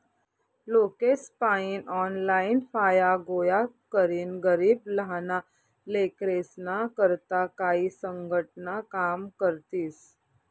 लोकेसपायीन ऑनलाईन फाया गोया करीन गरीब लहाना लेकरेस्ना करता काई संघटना काम करतीस